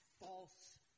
False